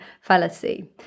fallacy